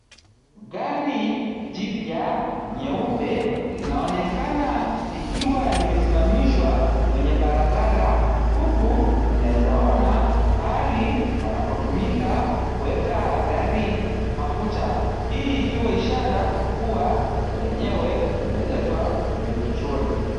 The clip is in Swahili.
Gari jipya, nyeupe, linaonekana likiwa limesimamishwa kwenye barabara huku tunaeza ona pahali panapotumika kuweka gari mafuta. Hii ikiwa ishara ya kuwa, gari lenyewe limeletwa kwenye petroli.